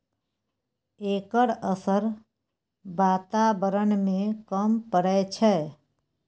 एकर असर बाताबरण में कम परय छै